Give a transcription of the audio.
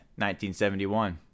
1971